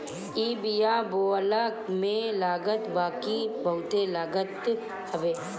इ बिया बोअला में लागत बाकी बहुते लागत हवे